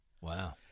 Wow